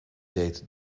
deed